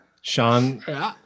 Sean